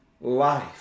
life